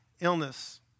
illness